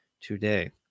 today